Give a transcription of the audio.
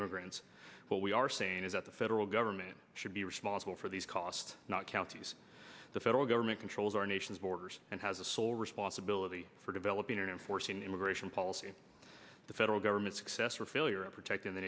immigrants but we are saying is that the federal government should be responsible for these cost not counties the federal government controls our nation's borders and has a sole responsibility for developing and forcing immigration policy the federal government success or failure in protecting the